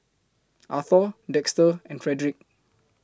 Arthor Dexter and Fredrick